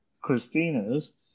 Christina's